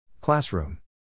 Classroom